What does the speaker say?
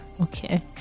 Okay